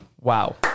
Wow